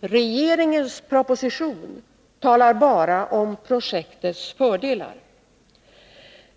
Regeringens proposition talar bara om projektets fördelar.